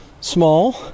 small